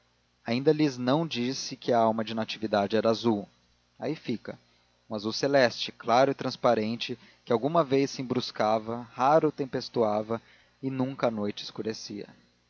ainda lhes não disse que a alma de natividade era azul aí fica um azul celeste claro e transparente que alguma vez se embruscava raro tempestuava e nunca a noite escurecia